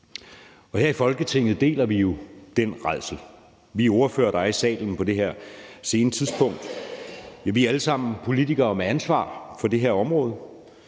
nu. Her i Folketinget deler vi jo den rædsel. Vi ordførere, der er i salen på det her sene tidspunkt, er alle sammen politikere med ansvar for det her område.